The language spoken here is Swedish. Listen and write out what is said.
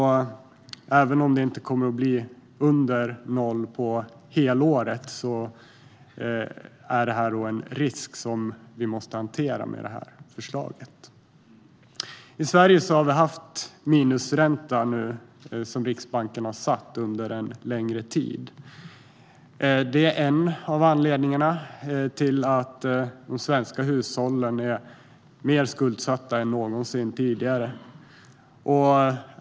Även om det inte kommer att bli under 0 på helåret är det en risk vi måste hantera med detta förslag. I Sverige har vi nu under en längre tid haft minusränta, som Riksbanken har satt. Det är en av anledningarna till att de svenska hushållen är mer skuldsatta än någonsin tidigare.